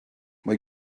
mae